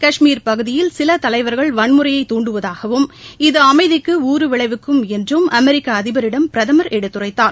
கஷ்மீர் பகுதியில் சிலதலைவர்கள் வன்முறையை துண்டுவதாகவும் இது அமைதிக்குஊறுவிளைவிக்கும் என்றும் அமெரிக்கஅதிபரிடம் பிரதமர் எடுத்துரைத்தார்